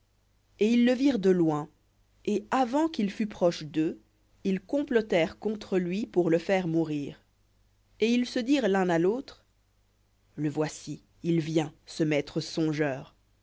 et ils le virent de loin et avant qu'il fût proche d'eux ils complotèrent contre lui pour le faire mourir et ils se dirent l'un à l'autre le voici il vient ce maître songeur